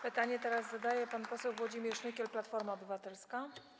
Pytanie teraz zadaje pan poseł Włodzimierz Nykiel, Platforma Obywatelska.